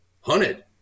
hunted